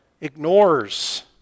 ignores